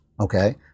okay